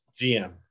GM